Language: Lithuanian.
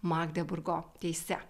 magdeburgo teise